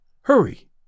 hurry